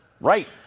Right